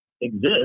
exist